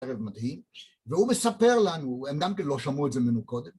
אגב מדהים והוא מספר לנו, הם גם כן לא שמעו את זה ממקודם